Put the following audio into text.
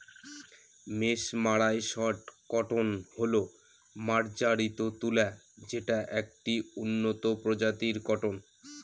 mesmerised cotton হল মার্জারিত তুলা যেটা একটি উন্নত প্রজাতির কটন